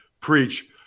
preach